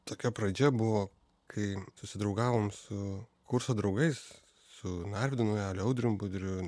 tokia pradžia buvo kai susidraugavom su kurso draugais su narvydu naujaliu audrium budriu